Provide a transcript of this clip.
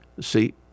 see